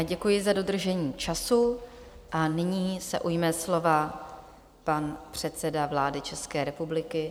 Děkuji za dodržení času a nyní se ujme slova pan předseda vlády České republiky.